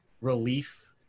relief